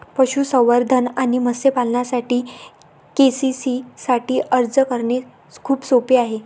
पशुसंवर्धन आणि मत्स्य पालनासाठी के.सी.सी साठी अर्ज करणे खूप सोपे आहे